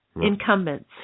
incumbents